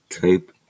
type